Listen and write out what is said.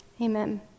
amen